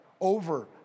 over